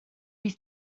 bydd